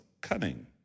cunning